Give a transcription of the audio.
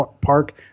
Park